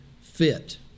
fit